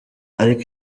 ariko